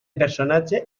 personatge